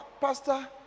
pastor